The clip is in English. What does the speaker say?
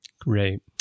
Great